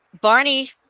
Barney